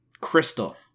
crystal